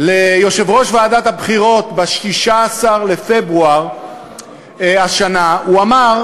ליושב-ראש ועדת הבחירות ב-16 בפברואר השנה הוא אמר: